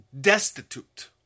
destitute